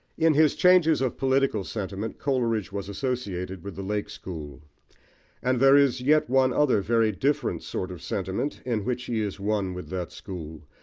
in his changes of political sentiment, coleridge was associated with the lake school and there is yet one other very different sort of sentiment in which he is one with that school,